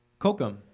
Kokum